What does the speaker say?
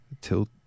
Tilt